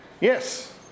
Yes